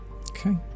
Okay